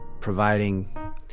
providing